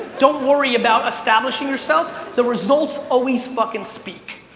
don't worry about establishing yourself. the results always fucking speak.